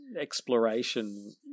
exploration